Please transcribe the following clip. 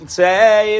say